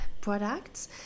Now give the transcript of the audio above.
products